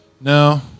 No